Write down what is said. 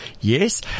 Yes